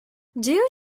due